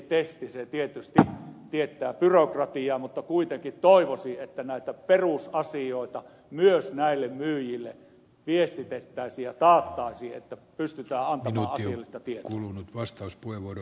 se tietysti tietää byrokratiaa mutta kuitenkin toivoisin että näitä perusasioita myös näille myyjille viestitettäisiin ja taattaisiin että pystytään antamaan asiallista tietoa